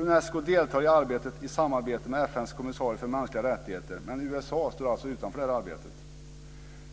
Unesco deltar i arbetet i samarbete med FN:s kommissarie för mänskliga rättigheter. Men USA står alltså utanför det här arbetet.